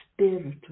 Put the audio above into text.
spiritual